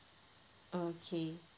okay